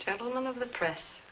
gentlemen of the press